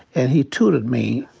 and he tutored me,